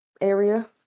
area